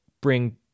bring